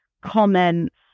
comments